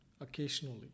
occasionally